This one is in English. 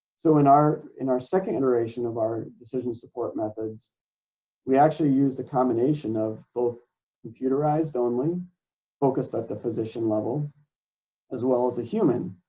so in our in our second iteration of our decision support methods we actually use the combination of both computerized only focused at the physician level as well as a human.